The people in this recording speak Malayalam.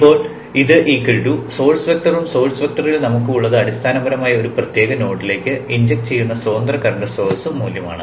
ഇപ്പോൾ ഇത് സോഴ്സ് വെക്ടറും സോഴ്സ് വെക്ടറിൽ നമുക്ക് ഉള്ളത് അടിസ്ഥാനപരമായി ഒരു പ്രത്യേക നോഡിലേക്ക് ഇൻജക്റ്റ് ചെയ്യുന്ന സ്വതന്ത്ര കറന്റ് സ്രോതസ്സു മൂല്യമാണ്